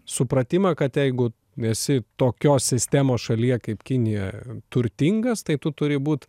supratimą kad jeigu esi tokios sistemos šalyje kaip kinija turtingas tai tu turi būt